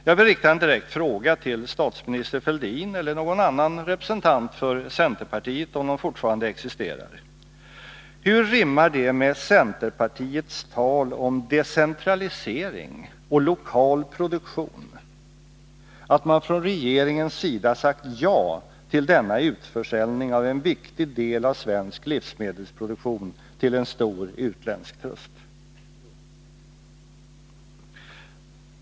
Jag vill rikta en direkt fråga till statsminister Fälldin eller någon annan representant för centerpartiet, om det fortfarande existerar: Hur rimmar det med centerpartiets tal om decentralisering och lokal produktion att man från regeringens sida sagt ja till denna utförsäljning av en viktig del av svensk livsmedelsproduktion till en stor utländsk trust?